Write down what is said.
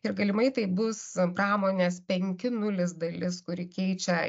ir galimai tai bus pramonės penki nulis dalis kuri keičia